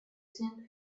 seen